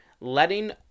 letting